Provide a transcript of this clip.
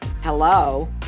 Hello